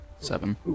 Seven